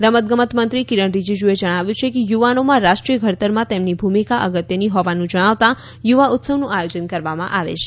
રમતગમત મંત્રી કિરણ રીજીજુએ જણાવ્યું છે કે યુવાનોમાં રાષ્ટ્રીય ઘડતરમાં તેમની ભૂમિકા અગત્યની હોવાનું જણાવવા યુવા ઉત્સવનું આયોજન કરવામાં આવે છે